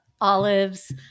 olives